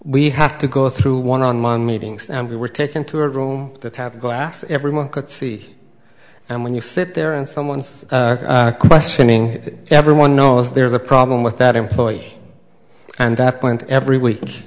we have to go through one on one meetings and we were taken to a room that have glass everyone could see and when you sit there and someone's questioning everyone knows there is a problem with that employee and